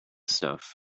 stuff